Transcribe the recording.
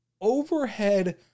overhead